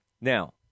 Now